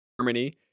Germany